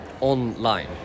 online